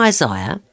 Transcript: Isaiah